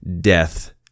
death